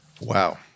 Wow